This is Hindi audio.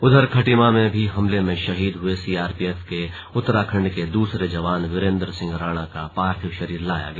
उधर खटीमा में भी हमले में शहीद हुए सीआरपीएफ के उत्तराखंड के दूसरे जवान वीरेंद्र सिंह राणा का पार्थिव शरीर लाया गया